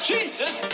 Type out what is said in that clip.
Jesus